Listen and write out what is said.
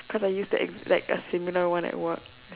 cause I used that like a similar one at work